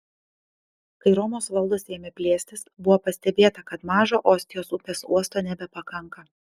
kai romos valdos ėmė plėstis buvo pastebėta kad mažo ostijos upės uosto nebepakanka